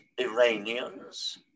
Iranians